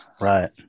Right